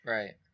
Right